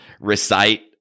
recite